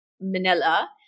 Manila